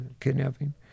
kidnapping